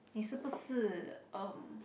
你是不是